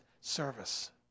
service